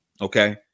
okay